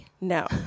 No